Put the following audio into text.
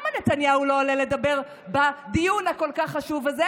למה נתניהו לא עולה לדבר בדיון הכל-כך חשוב הזה?